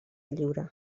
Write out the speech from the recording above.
lliure